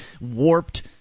warped